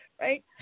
right